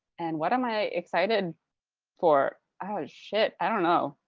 and what am i excited for? oh, shit. i don't know.